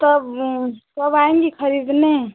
तब वो कब आएंगी खरीदने